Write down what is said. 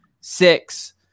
six